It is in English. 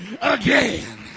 again